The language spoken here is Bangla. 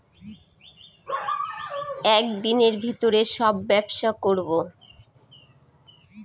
এক দিনের ভিতরে সব ব্যবসা করবো